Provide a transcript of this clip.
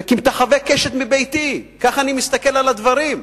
זה כמטחווי קשת מביתי, כך אני מסתכל על הדברים.